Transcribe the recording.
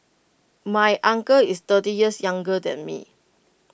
my uncle is thirty years younger than me